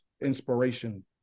inspiration